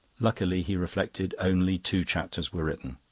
luckily, he reflected, only two chapters were written.